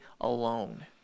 alone